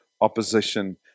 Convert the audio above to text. opposition